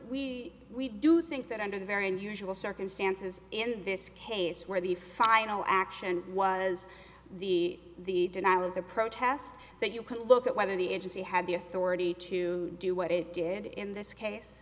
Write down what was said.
we we do think that under the very unusual circumstances in this case where the final action was the denial of the protest that you can look at whether the agency had the authority to do what it did in this case